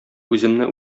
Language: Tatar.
үземне